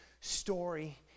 story